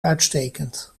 uitstekend